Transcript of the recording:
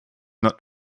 not